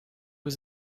was